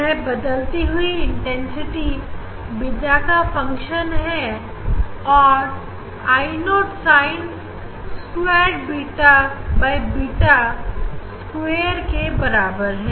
यह बदलती हुई इंटेंसिटी बीटा का फंक्शन है और I 0 sin squared beta by beta square के बराबर है